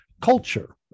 culture